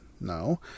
No